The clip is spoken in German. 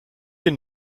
den